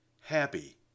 Happy